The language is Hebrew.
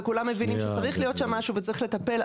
כולם מבינים את הסוגיה וכולם מבינים שצריך להיות שם משהו וצריך לטפל,